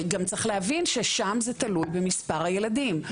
גם צריך להבין ששם זה תלוי במספר הילדים,